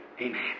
Amen